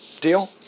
deal